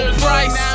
price